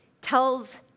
tells